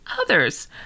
others